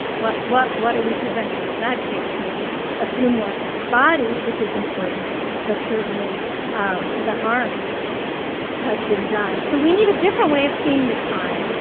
what what are we preventing? in that case, maybe a few more bodies which is important but certainly the harm has been done. so we need a different way of seeing the crime,